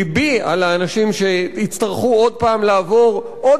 לבי לבי לאנשים שיצטרכו עוד הפעם לעבור עוד